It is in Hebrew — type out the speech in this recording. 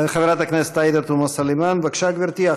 חברת הכנסת עאידה תומא סלימאן, בבקשה, גברתי.